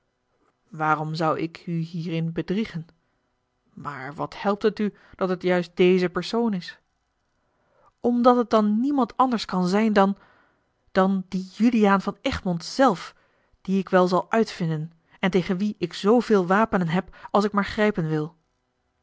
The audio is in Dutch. waarom zou ik u hierin bedriegen maar wat helpt het u dat het juist deze persoon is omdat het dan niemand anders kan zijn dan dan die juliaan van egmond zelf dien ik wel zal uitvinden en tegen wien ik zooveel wapenen heb als ik maar grijpen wil